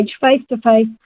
face-to-face